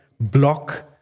block